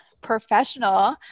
professional